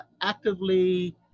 actively